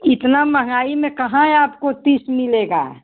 इतनी महंगाई में कहाँ आपको तीस मिलेगा